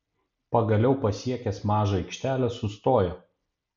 pagaliau pasiekęs mažą aikštelę sustojo